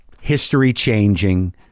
history-changing